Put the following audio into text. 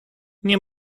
nie